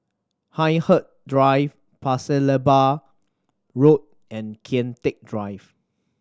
Hindhede Drive Pasir Laba Road and Kian Teck Drive